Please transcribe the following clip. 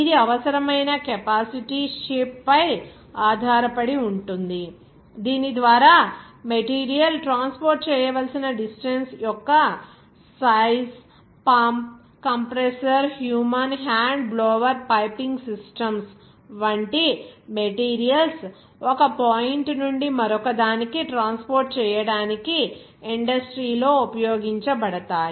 ఇది అవసరమైన capacity shape పై ఆధారపడి ఉంటుంది దీని ద్వారా మెటీరియల్ ట్రాన్స్పోర్ట్ చేయవలసిన డిస్టెన్స్ యొక్క size pump compressor human hand blower piping systems వంటివి మెటీరియల్స్ ఒక పాయింట్ నుండి మరొకదానికి ట్రాన్స్పోర్ట్ చేయడానికి ఇండస్ట్రీ లో ఉపయోగించబడతాయి